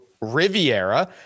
Riviera